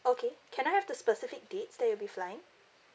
okay can I have the specific dates that you'll be flying